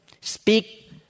speak